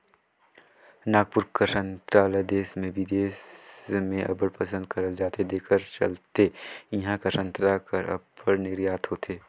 नागपुर कर संतरा ल देस में बिदेस में अब्बड़ पसंद करल जाथे जेकर चलते इहां कर संतरा कर अब्बड़ निरयात होथे